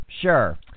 Sure